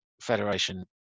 Federation